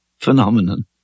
Phenomenon